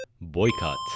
Boycott